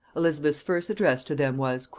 elizabeth's first address to them was,